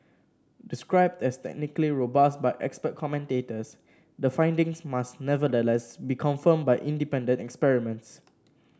described as technically robust by expert commentators the findings must nevertheless be confirmed by independent experiments